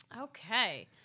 Okay